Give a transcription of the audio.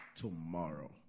tomorrow